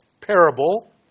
parable